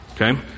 Okay